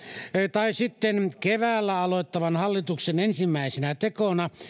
tai sitten keväällä aloittavan hallituksen ensimmäisinä tekoina